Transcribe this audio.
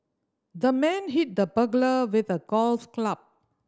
the man hit the burglar with a golf club